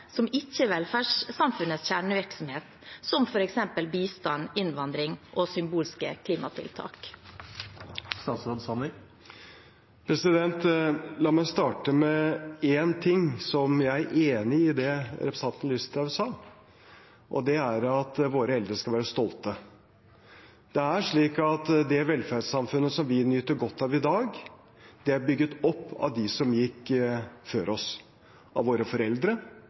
som ikke er velferdssamfunnets kjernevirksomhet, som f.eks. bistand, innvandring og symbolske klimatiltak? La meg starte med én ting jeg er enig i i det representanten Listhaug sa, og det er at våre eldre skal være stolte. Det er slik at det velferdssamfunnet vi nyter godt av i dag, er bygget opp av dem som gikk før oss, av våre foreldre,